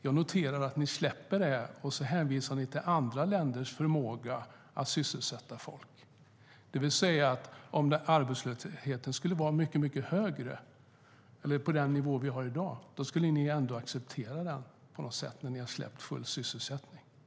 Jag noterar att ni släpper det och hänvisar till andra länders förmåga att sysselsätta folk. Om arbetslösheten skulle vara mycket högre, eller på den nivå vi har i dag, skulle ni alltså ändå acceptera den. Ni har nämligen släppt "full sysselsättning".